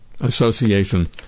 association